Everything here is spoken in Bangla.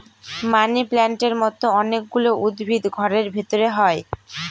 মানি প্লান্টের মতো অনেক গুলো উদ্ভিদ ঘরের ভেতরে হয়